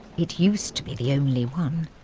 it used to be the only one.